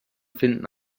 finden